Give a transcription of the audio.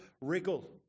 wriggle